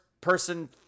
person